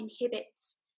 inhibits